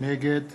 נגד